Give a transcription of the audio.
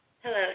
Hello